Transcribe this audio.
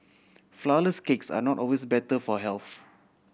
flourless cakes are not always better for health